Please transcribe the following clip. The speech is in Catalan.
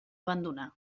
abandonar